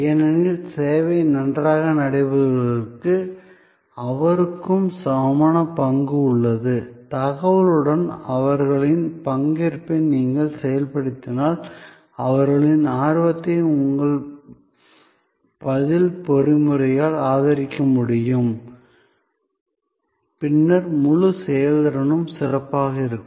ஏனெனில் சேவை நன்றாக நடைபெறுவதற்கு அவருக்கும் சமமான பங்கு உள்ளது தகவலுடன் அவர்களின் பங்கேற்பை நீங்கள் செயல்படுத்தினால் அவர்களின் ஆர்வத்தை உங்கள் பதில் பொறிமுறையால் ஆதரிக்க முடியும் பின்னர் முழு செயல்திறனும் சிறப்பாக இருக்கும்